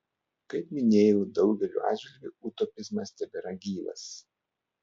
kaip minėjau daugeliu atžvilgių utopizmas tebėra gyvas